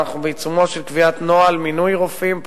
ואנחנו בעיצומה של קביעת נוהל מינוי רופאים,